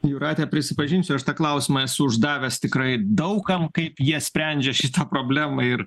jūrate prisipažinsiu aš tą klausimą esu uždavęs tikrai daug kam kaip jie sprendžia šitą problemą ir